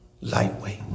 Lightweight